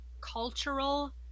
cultural